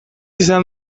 izan